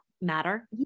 matter